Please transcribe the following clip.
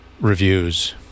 reviews